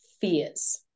fears